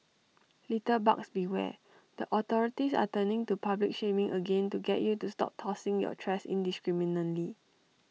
litterbugs beware the authorities are turning to public shaming again to get you to stop tossing your trash indiscriminately